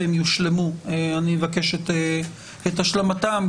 ואני אבקש את השלמתם,